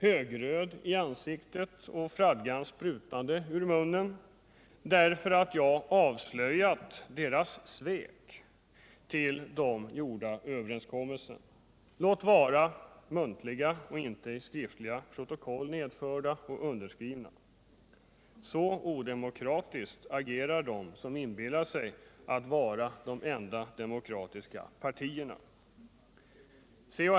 högröd i ansiktet och med fradgan sprutande ur munnen, därför att jag avslöjat deras svek mot gjorda överenskommelser, låt vara muntliga och inte i skriftligt protokoll nedförda och underskrivna. Så odemokratiskt agerar de som inbillar sig vara de enda demokratiska partierna. C.-H.